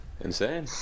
Insane